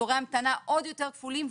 תורי המתנה עוד יותר ארוכים,